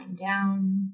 down